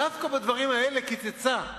דווקא בדברים האלה קיצצה,